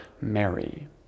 Mary